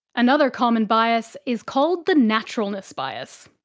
another common bias is called the naturalness bias.